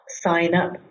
sign-up